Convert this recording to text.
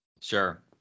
Sure